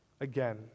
again